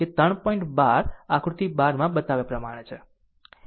12 આકૃતિ 12 માં બતાવ્યા પ્રમાણે છે